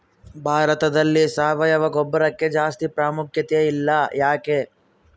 ಭಾರತದಲ್ಲಿ ಸಾವಯವ ಗೊಬ್ಬರಕ್ಕೆ ಜಾಸ್ತಿ ಪ್ರಾಮುಖ್ಯತೆ ಇಲ್ಲ ಯಾಕೆ?